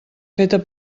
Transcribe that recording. feta